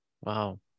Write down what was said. Wow